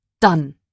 Done